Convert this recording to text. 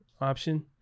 option